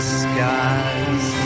skies